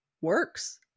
works